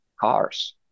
cars